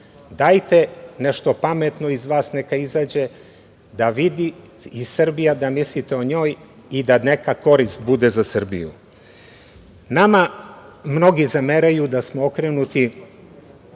Dajte nešto pametno iz vas neka izađe, da vidi i Srbija da mislite o njoj i da neka korist bude za Srbiju. Nama mnogi zameraju da smo okrenuti